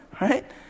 Right